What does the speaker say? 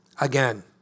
again